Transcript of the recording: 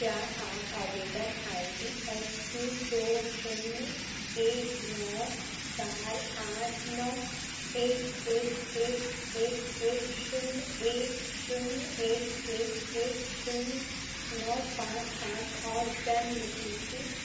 क्या आप आवेदन आई डी एफ़ क्यू दो शून्य एक नौ चार आठ नौ एक एक एक एक एक शून्य एक शून्य एक एक एक शून्य नौ पाँच पाँच और जन्म तिथि तेरह नौ दो हज़ार अठारह के साथ उपयोगकर्ता के एन एस पी पर जमा किए गए सभी ताज़ा छात्रवृत्ति आवेदनों की सूची बना सकते हैं